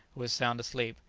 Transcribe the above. was sound asleep,